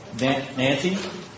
Nancy